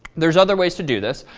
there's other ways to do this.